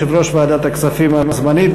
יו"ר ועדת הכספים הזמנית,